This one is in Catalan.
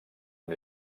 amb